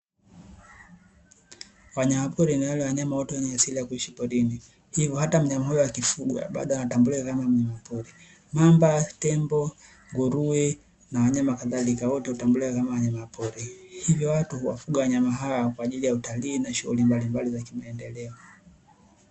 Wanyamapori ni wale wanyama wote wenye asili ya kuishi porini, hivyo hata mnyama huyu akifugwa bado anatambulika kama mnyamapori. Mamba, tembo, nguruwe na wanyama kadhalika; wote hutambulika kama wanyamapori, hivyo watu huwafuga wanyama hawa kwa ajili ya utalii na shughuli mbalimbali za kimaendeleo.